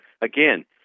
again